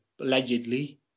allegedly